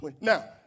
now